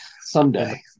Someday